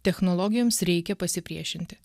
technologijoms reikia pasipriešinti